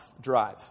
drive